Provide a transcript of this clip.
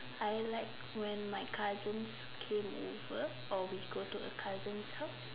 I like when my cousins came over or we go to a cousin's house